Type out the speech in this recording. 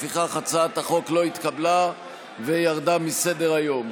לפיכך הצעת החוק לא התקבלה וירדה מסדר-היום.